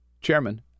Chairman